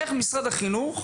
איך משרד החינוך,